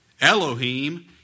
Elohim